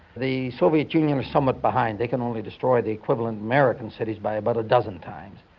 the soviet union are somewhat behind, they can only destroy the equivalent american cities by about a dozen times.